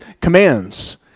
commands